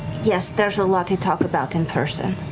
yes, there's a lot to talk about in person.